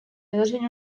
edozein